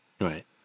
Right